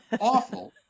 Awful